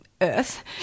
earth